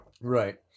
Right